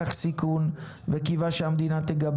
ולכן ה-6% זה מסך המכסה הכולל ולא רק מהמכסה הארצית שהיא מספר קבוע,